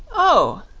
oh!